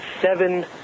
seven